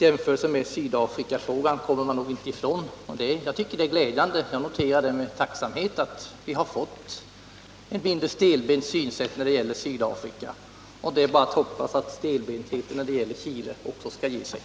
Jämförelsen med Sydafrikafrågan kommer man nog inte ifrån. Jag tycker att det är glädjande och jag noterar med tacksamhet att man har fått ett mindre stelbent synsätt när det gäller Sydafrika. Det är bara att hoppas att stelbentheten skall ge med sig också när det gäller Chile.